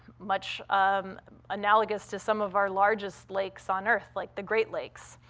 much um analogous to some of our largest lakes on earth, like the great lakes.